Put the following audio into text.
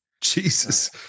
Jesus